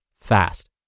fast